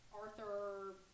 Arthur